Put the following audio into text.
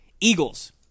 Eagles